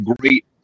great